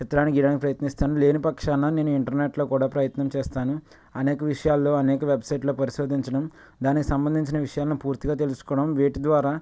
చిత్రానికి గీయడానికి ప్రయత్నిస్తాను లేని పక్షాన నేను ఇంటర్నెట్లో కూడా ప్రయత్నం చేస్తాను అనేక విషయాలలో అనేక వెబ్సైట్లలో పరిశోధించడం దానికి సంబంధించిన విషయాలను పూర్తిగా తెలుసుకోవడం వీటి ద్వారా